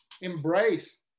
embrace